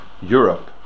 Europe